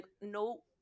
no-